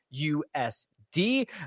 USD